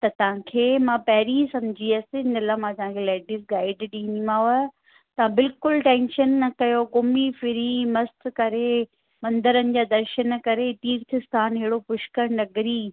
त तव्हांखे मां पहिरीं सम्झी वियसि हिन लाइ मां तव्हांखे लेडीस गाइड ॾींदीमाव तव्हां बिल्कुल टैंशन न कयो घुमी फिरी मस्तु करे मंदिरनि जा दर्शन करे तीर्थ स्थानु एॾो पुष्कर नगरी